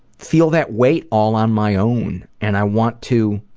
feel that weight all on my own and i want to